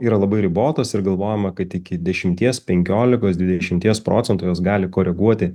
yra labai ribotos ir galvojama kad iki dešimties penkiolikos dvidešimties procentų jos gali koreguoti